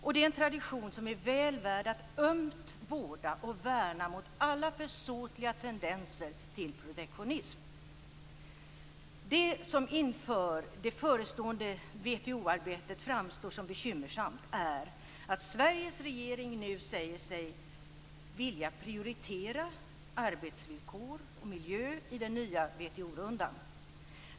Det är en tradition som är väl värd att ömt vårda och värna mot alla försåtliga tendenser till protektionism. Det som inför det förestående WTO-arbetet framstår som bekymmersamt är att Sveriges regering nu säger sig vilja prioritera arbetsvillkor och miljö i den nya WTO-rundan.